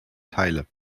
teile